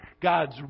God's